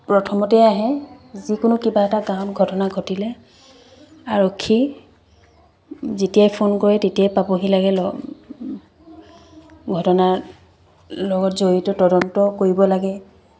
প্ৰথমতেই আহে যিকোনো কিবা এটা গাঁৱত ঘটনা ঘটিলে আৰক্ষী যেতিয়াই ফোন কৰে তেতিয়াই পাবহি লাগে ঘটনাৰ লগত জড়িত তদন্ত কৰিব লাগে